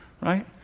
right